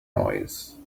noise